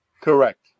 correct